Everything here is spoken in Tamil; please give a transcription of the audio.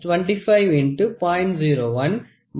80 mm ஆகும்